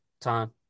time